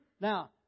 Now